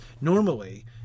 normally